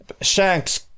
Shanks